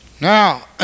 Now